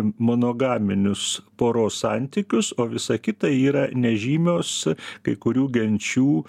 monogaminius poros santykius o visa kita yra nežymios kai kurių genčių